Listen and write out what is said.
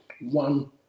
one